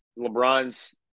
LeBron's